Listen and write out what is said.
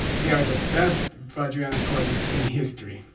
they are the best vajrayana courses in history.